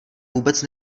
vůbec